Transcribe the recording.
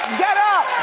get up.